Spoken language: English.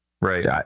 right